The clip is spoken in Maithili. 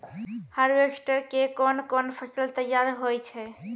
हार्वेस्टर के कोन कोन फसल तैयार होय छै?